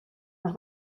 nos